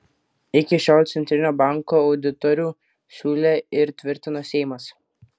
iki šiol centrinio banko auditorių siūlė ir tvirtino seimas